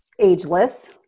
ageless